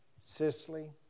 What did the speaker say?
Sicily